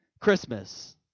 Christmas